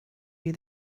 you